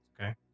okay